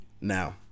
Now